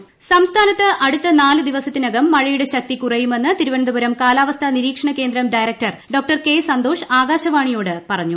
മഴ ഇൻട്രോ സംസ്ഥാനത്ത് അടുത്ത നാല് ദിവസത്തിനകം മഴയുടെ ശക്തി കുറയുമെന്ന് തിരുവനന്തപുരം കാലാവസ്ഥാ നിരീക്ഷണ കേന്ദ്രം ഡയറക്ടർ ഡോ കെ സന്തോഷ് ആകാശവാണിയോട് പറഞ്ഞു